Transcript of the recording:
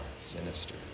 sinister